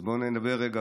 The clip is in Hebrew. אז בואו נדבר רגע,